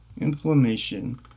Inflammation